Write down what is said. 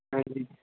ਹਾਂਜੀ